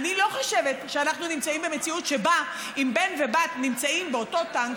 אני לא חושבת שאנחנו נמצאים במציאות שבה אם בן ובת נמצאים באותו טנק,